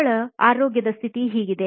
ಅವಳ ಆರೋಗ್ಯದ ಸ್ಥಿತಿ ಹೀಗಿದೆ